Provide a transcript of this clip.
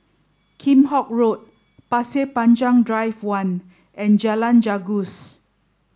Kheam Hock Road Pasir Panjang Drive One and Jalan Janggus